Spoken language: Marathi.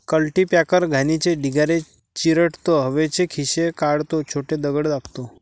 कल्टीपॅकर घाणीचे ढिगारे चिरडतो, हवेचे खिसे काढतो, छोटे दगड दाबतो